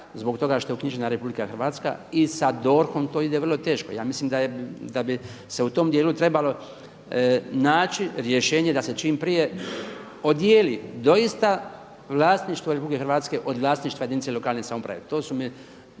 zbog toga što je uknjižena RH i sa DORH-om to ide vrlo teško, ja mislim da bi se u tom dijelu trebalo naći rješenje da se čim prije odijeli doista vlasništvo RH od vlasništva jedinice lokalne samouprave. To su mi